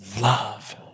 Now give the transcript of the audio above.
love